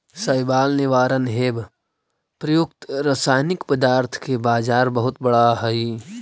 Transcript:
शैवाल निवारण हेव प्रयुक्त रसायनिक पदार्थ के बाजार बहुत बड़ा हई